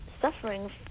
suffering